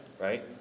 right